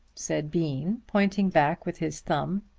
said bean pointing back with his thumb.